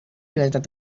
related